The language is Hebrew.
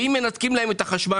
ואם מנתקים להם את החשמל,